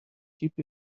keep